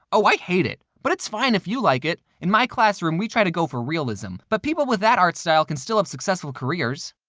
oh, i hate it. but it's fine if you like it. in my classroom we try to go for realism, but people with that art style could still have successful careers.